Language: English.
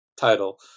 title